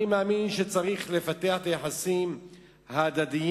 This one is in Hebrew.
אני מאמין שצריך לפתח את היחסים ההדדיים